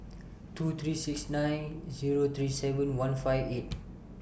two three six nine Zero three seven one five eight